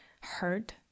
hurt